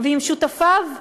ומשותפיו,